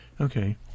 Okay